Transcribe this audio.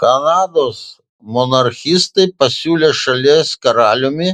kanados monarchistai pasiūlė šalies karaliumi